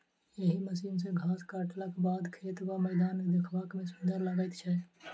एहि मशीन सॅ घास काटलाक बाद खेत वा मैदान देखबा मे सुंदर लागैत छै